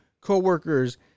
coworkers